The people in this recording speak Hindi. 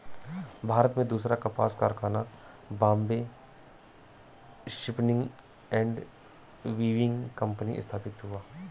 भारत में दूसरा कपास कारखाना Bombay spinning and weaving company स्थापित हुआ